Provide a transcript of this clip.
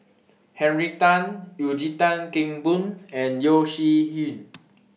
Henry Tan Eugene Tan Kheng Boon and Yeo Shih Yun